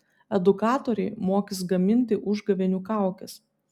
edukatoriai mokys gaminti užgavėnių kaukes